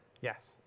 yes